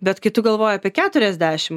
bet kai tu galvoji apie keturiasdešimt